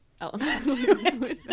element